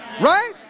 Right